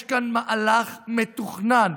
יש כאן מהלך מתוכנן,